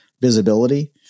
visibility